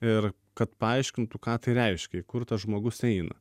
ir kad paaiškintų ką tai reiškia į kur tas žmogus eina